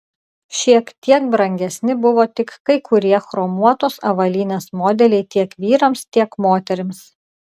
šiek tiek brangesni buvo tik kai kurie chromuotos avalynės modeliai tiek vyrams tiek moterims